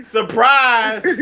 Surprise